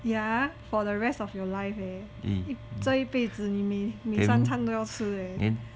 yeah for the rest of your life leh 这一辈子你没三餐都要吃 leh